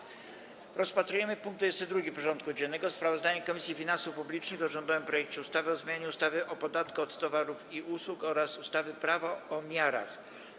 Powracamy do rozpatrzenia punktu 22. porządku dziennego: Sprawozdanie Komisji Finansów Publicznych o rządowym projekcie ustawy o zmianie ustawy o podatku od towarów i usług oraz ustawy Prawo o miarach.